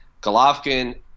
Golovkin